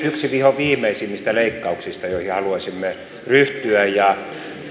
yksi vihoviimeisimmistä leikkauksista joihin haluaisimme ryhtyä ja